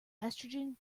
estrogen